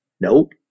Nope